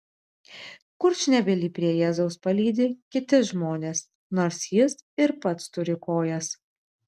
kurčnebylį prie jėzaus palydi kiti žmonės nors jis ir pats turi kojas